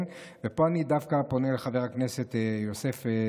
פה אני דווקא פונה לחבר הכנסת יוסף,